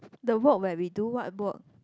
the work where we do what work